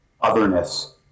otherness